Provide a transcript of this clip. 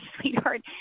sweetheart